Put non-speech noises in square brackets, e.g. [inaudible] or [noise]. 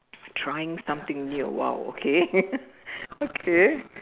trying something new !wow! okay [laughs] okay